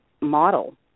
model